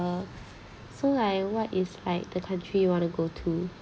uh so like what is like the country you want to go to